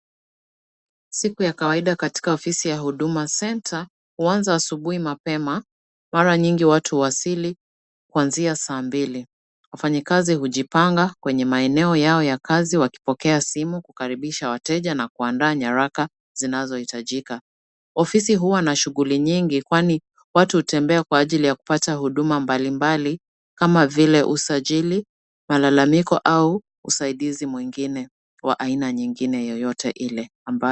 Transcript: Siku ya kawaida katika ofisi ya Huduma Center huanza asubuhi mapema. Mara nyingi watu huwasili kuanzia saa mbili. Wafanyikazi hujipanga kwenye maeneo yao ya kazi wakipokea simu kukaribisha wateja na kuandaa nyaraka zinazohitajika. Ofisi huwa na shughuli nyingi kwani watu hutembea kwa ajili ya kupata huduma mbalimbali kama vile usajili, malalamiko au usaidizi mwingine wa aina nyingine yoyote ile.